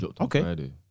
Okay